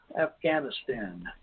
Afghanistan